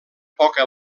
poca